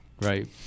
Right